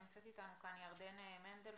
נמצאת איתנו כאן ירדן מנדלסון,